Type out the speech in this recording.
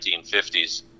1950s